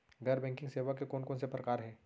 गैर बैंकिंग सेवा के कोन कोन से प्रकार हे?